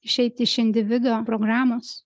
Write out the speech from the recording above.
išeit iš individo programos